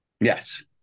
Yes